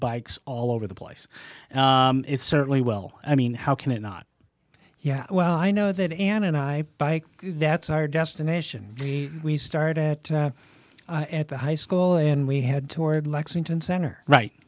bikes all over the place it's certainly well i mean how can it not yeah well i know that ann and i bike that's our destination we started at the high school and we had toured lexington center right